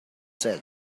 said